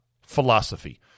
philosophy